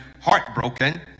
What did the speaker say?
heartbroken